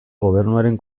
gobernuaren